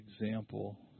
example